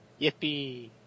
Yippee